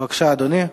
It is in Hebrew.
בבקשה, אדוני,